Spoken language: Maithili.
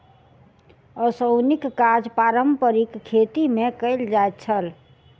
ओसौनीक काज पारंपारिक खेती मे कयल जाइत छल